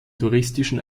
touristischen